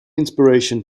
inspiration